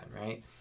right